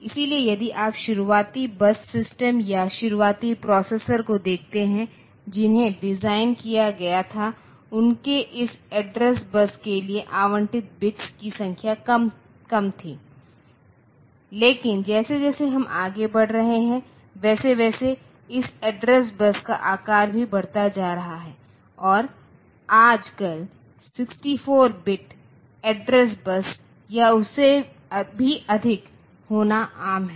इसलिए यदि आप शुरुआती बस सिस्टम या शुरुआती प्रोसेसर को देखते हैं जिन्हे डिज़ाइन किया गया था उनके इस एड्रेस बस के लिए आवंटित बिट्स की संख्या कम थी लेकिन जैसे जैसे हम आगे बढ़ रहे हैं वैसे वैसे इस एड्रेस बस का आकार भी बढ़ता जा रहा है और आज कल 64 बिट एड्रेस बस या उससे भी अधिक होना आम है